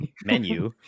menu